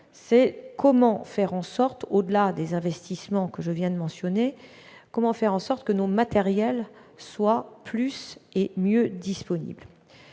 question, comment faire en sorte, au-delà des investissements que je viens de mentionner, que nos matériels soient plus disponibles,